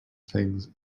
things